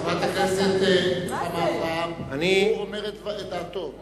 חברת הכנסת רוחמה אברהם, הוא אומר את דעתו.